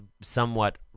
somewhat